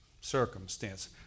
circumstance